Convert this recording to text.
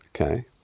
okay